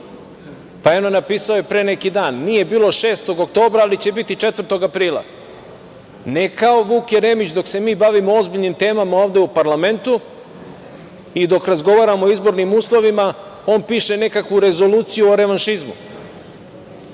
posle? Eno napisao je pre neki dan – nije bilo 6. oktobra, ali će biti 4. aprila. Ne kao Vuk Jeremić, dok se mi bavimo ozbiljnim temama ovde u parlamentu i dok razgovaramo o izbornim uslovima, on piše nekakvu rezoluciju o revanšizmu,